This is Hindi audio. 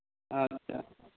अच्छा